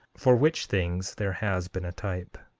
for which things there has been a type.